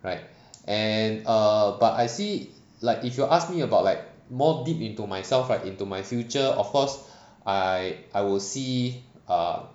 right and uh but I see like if you ask me about like more deep into myself right into my future of course I I will see err